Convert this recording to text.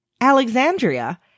Alexandria